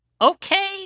okay